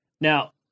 Now